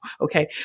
Okay